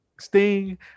Sting